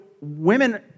women